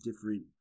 different